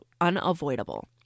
unavoidable